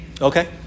Okay